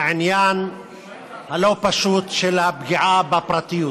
העניין הלא-פשוט של הפגיעה בפרטיות.